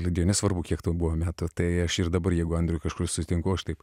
liudijo nesvarbu kiek buvo metų tai aš ir dabar jeigu andriui kažkur sutinku aš taip